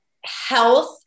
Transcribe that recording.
health